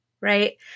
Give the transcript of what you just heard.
Right